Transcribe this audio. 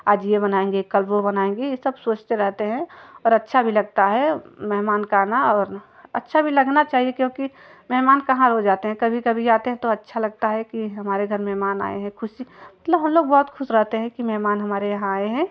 आज यह बनाएँगे कल वह बनाएँगे यह सब सोचते रहते हैं और अच्छा भी लगता है मेहमान का आना और अच्छा भी लगना चाहिए क्योंकि मेहमान कहाँ रोज़ आते हैं कभी कभी आते हैं तो अच्छा लगता है कि हमारे घर मेहमान आए हैं ख़ुशी मतलब हम लोग बहुत ख़ुश रहते हैं कि मेहमान हमारे यहाँ आए हैं